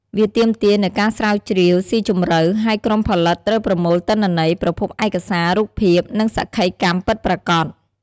វាទាមទារនូវការស្រាវជ្រាវស៊ីជម្រៅ ហើយក្រុមផលិតត្រូវប្រមូលទិន្នន័យ ប្រភពឯកសារ រូបភាព និងសក្ខីកម្មពិតប្រាកដ។